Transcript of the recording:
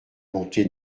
bonté